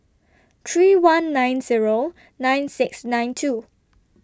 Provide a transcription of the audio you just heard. three one nine Zero nine six nine two